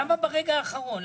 למה ברגע האחרון?